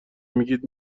میگید